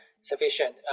sufficient